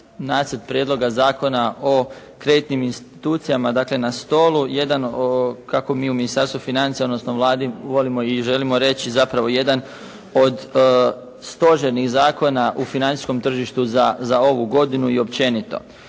prijedloga Zakona o kreditnim institucijama. Dakle, na stolu jedan kako mi u Ministarstvu financija, odnosno Vladi volimo i želimo reći zapravo jedan od stožernih zakona u financijskom tržištu za ovu godinu i općenito.